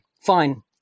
Fine